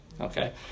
Okay